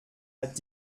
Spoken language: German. hat